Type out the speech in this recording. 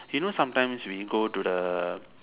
you know sometimes we go to the